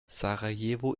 sarajevo